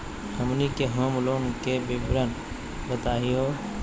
हमनी के home loan के विवरण बताही हो?